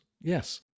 yes